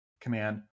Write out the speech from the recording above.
command